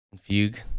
Fugue